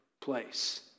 place